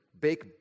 bake